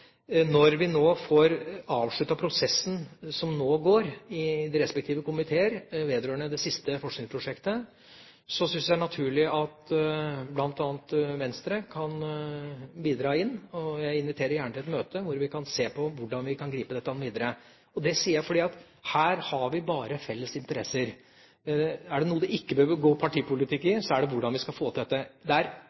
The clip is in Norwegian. når vi nå får avsluttet prosessen som går i de respektive komiteer vedrørende det siste forskningsprosjektet, syns jeg det er naturlig at bl.a. Venstre kan bidra. Jeg inviterer gjerne til et møte hvor vi kan se på hvordan vi kan gripe dette an videre. Det sier jeg fordi her har vi bare felles interesser. Er det noe det ikke bør gå partipolitikk i, er det med hensyn til hvordan vi skal få til dette.